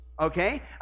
okay